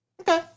Okay